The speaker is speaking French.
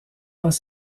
pas